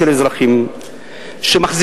של אזרחים שמחזיקים,